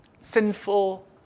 Sinful